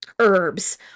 herbs